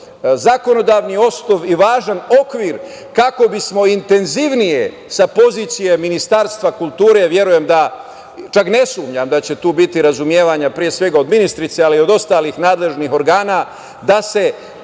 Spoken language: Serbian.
zakonodavni osnov i važan okvir kako bismo intenzivnije sa pozicije Ministarstva kulture, ne sumnjam da će tu biti razumevanja, pre svega od ministarke, ali i od ostalih nadležnih organa, da se